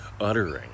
uttering